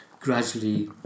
gradually